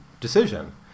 decision